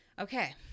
Okay